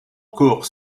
cours